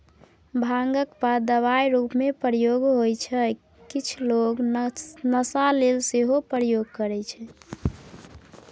भांगक पात दबाइ रुपमे प्रयोग होइ छै किछ लोक नशा लेल सेहो प्रयोग करय छै